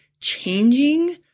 changing